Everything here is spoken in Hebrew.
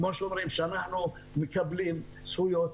כמו שאומרים שאנחנו מקבלים זכויות,